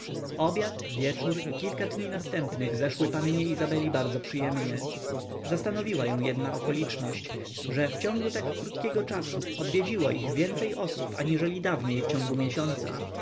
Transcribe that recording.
obiad wieczór i kilka dni następnych zeszły pannie izabeli bardzo przyjemnie zastanowiła ją jedna okoliczność że wciągu tak krótkiego czasu odwiedziło ich więcej osób aniżeli dawniej wciągu miesiąca